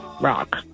rock